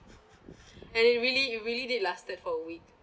and it really it really did lasted for a week